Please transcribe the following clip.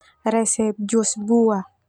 Resep jus buah.